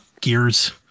Gears